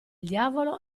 diavolo